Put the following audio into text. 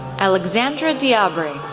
alexandra diabre,